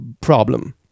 Problem